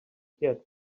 get